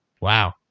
Wow